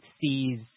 sees